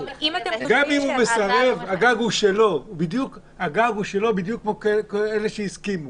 גם אם הוא מסרב הגג הוא שלו בדיוק כמו של אלה שהסכימו,